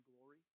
glory